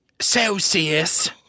Celsius